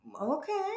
okay